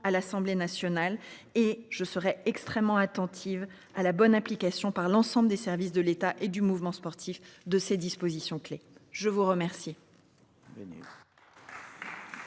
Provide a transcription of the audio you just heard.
à l'Assemblée nationale et je serai extrêmement attentive à la bonne application par l'ensemble des services de l'État et du mouvement sportif de ces dispositions clés je vous remercier.